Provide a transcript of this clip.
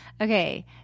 Okay